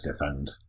defend